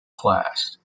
class